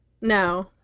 No